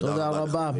תודה רבה.